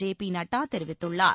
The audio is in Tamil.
ஜெ பி நட்டா தெரிவித்துள்ளார்